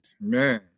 man